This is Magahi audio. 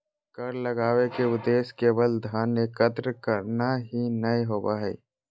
कर लगावय के उद्देश्य केवल धन एकत्र करना ही नय होबो हइ